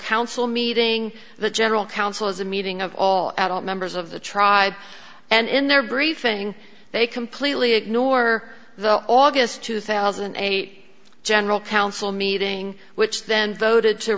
council meeting the general council is a meeting of all adult members of the tribe and in their briefing they completely ignore the august two thousand and eight general council meeting which then voted to